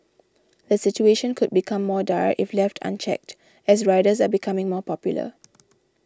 the situation could become more dire if left unchecked as riders are becoming more popular